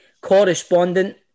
correspondent